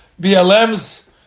BLMs